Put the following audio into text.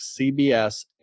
CBS